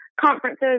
conferences